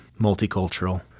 multicultural